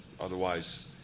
Otherwise